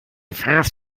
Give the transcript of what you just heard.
fast